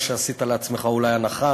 או שעשית לעצמך אולי הנחה,